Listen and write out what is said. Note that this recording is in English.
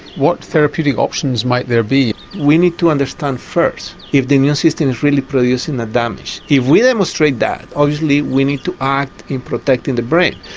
what therapeutic options might there be? we need to understand first if the immune system is really producing the damage. if we demonstrate that obviously we need to act in protecting the brain.